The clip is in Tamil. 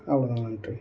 அவ்வளோ தான் நன்றி